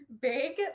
big